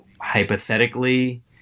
Hypothetically